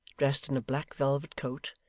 dressed in a black velvet coat,